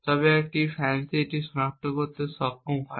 তবে একটি FANCI এটি সনাক্ত করতে সক্ষম হবে